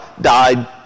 died